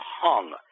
hung